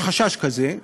יש חשש כזה.